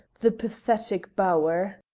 the pathetic bower.